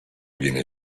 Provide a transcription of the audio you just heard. viene